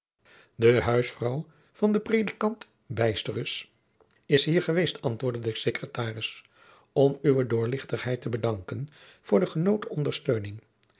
de huisvrouw van den predikant bysterus is jacob van lennep de pleegzoon hier geweest antwoordde de secretaris om uwe doorluchtigheid te bedanken voor de genotene ondersteuning